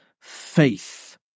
faith